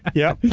yeah,